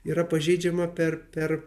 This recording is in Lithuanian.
yra pažeidžiama per per